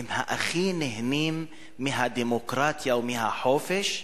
הם שהכי נהנים מהדמוקרטיה ומהחופש,